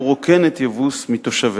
הוא רוקן את יבוס מתושביה".